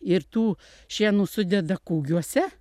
ir tų šienų sudeda kūgiuose